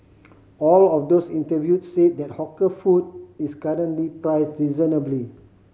all of those interviewed said that hawker food is currently priced reasonably